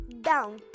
down